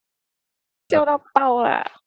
xiao dao bao lah